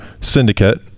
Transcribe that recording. syndicate